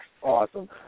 awesome